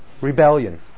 rebellion